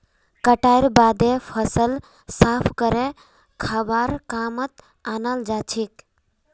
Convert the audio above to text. कटाईर बादे फसल साफ करे खाबार कामत अनाल जाछेक